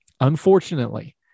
Unfortunately